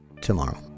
tomorrow